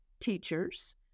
teachers